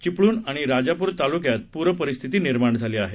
चिपळूण आणि राजापूर तालुक्यात पूरपरिस्थिती निर्माण झाली आहे